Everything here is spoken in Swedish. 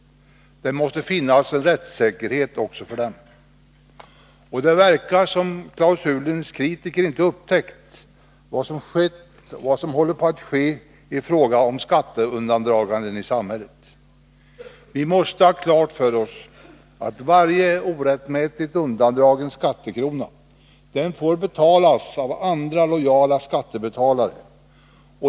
Det måste finnas en rättssäkerhet också för dem. Det verkar som om klausulens kritiker inte upptäckt vad som skett och håller på att ske i fråga om skatteundandragandet i samhället. Vi måste ha klart för oss att varje orättmätigt undandragen skattekrona får betalas av lojala skattebetalare.